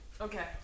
Okay